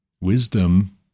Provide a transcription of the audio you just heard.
Wisdom